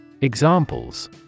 Examples